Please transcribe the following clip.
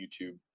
YouTube